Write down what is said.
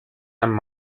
einem